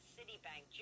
Citibank